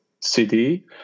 cd